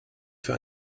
für